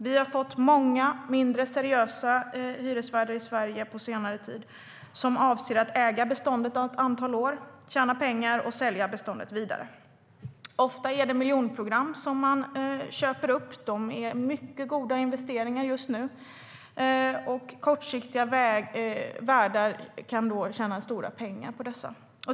Vi har fått många mindre seriösa hyresvärdar i Sverige på senare tid som avser att äga beståndet ett antal år, tjäna pengar och sälja beståndet vidare. Ofta är det miljonprogramsområden som man köper upp. De är mycket goda investeringar just nu. Kortsiktiga värdar kan då tjäna stora pengar på dessa.